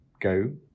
go